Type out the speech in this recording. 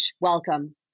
welcome